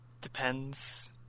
depends